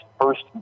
first